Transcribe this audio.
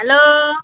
hello